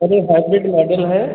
sir ये hybrid model है